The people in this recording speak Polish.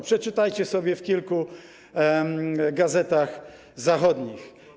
Przeczytajcie sobie w kilku gazetach zachodnich.